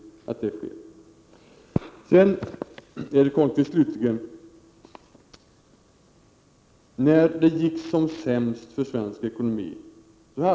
Jag vill slutligen påminna Erik Holmkvist om att det inte fanns några löntagarfonder när det gick som sämst för svensk ekonomi.